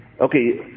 Okay